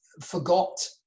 forgot